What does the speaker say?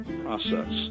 process